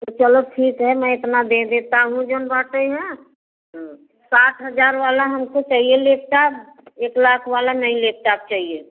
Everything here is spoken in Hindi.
तो चलो ठीक है मैं इतना दे देता हूँ जोन बाटे है साठ हजार वाला हमको चाहिए लेपटॉप एक लाख वाला नहीं लेपटॉप चाहिए